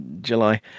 July